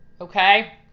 okay